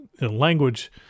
language